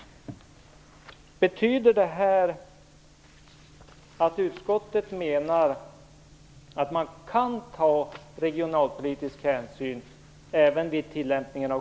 Betyder detta att utskottet menar att man kan ta regionalpolitiska hänsyn även vid tillämpningen av